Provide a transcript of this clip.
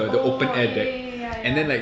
oh ya ya ya ya ya